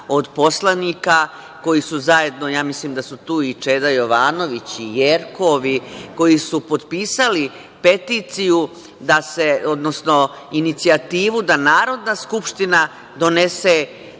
od poslanika koji su zajedno, ja mislim da su tu i Čeda Jovanović i Jerkov, koji su potpisali peticiju da se, odnosno inicijativu da Narodna skupština donese